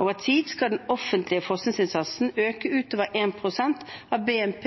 Over tid skal den offentlige forskningsinnsatsen øke utover 1 pst. av BNP